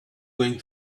going